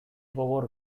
gogor